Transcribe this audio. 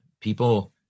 people